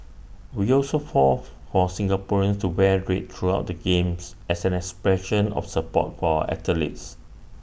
we also forth for Singaporeans to wear red throughout the games as an expression of support for athletes